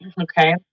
okay